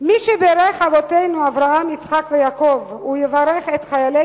"מי שבירך אבותינו אברהם יצחק ויעקב / הוא יברך את חיילי